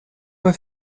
pas